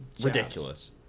Ridiculous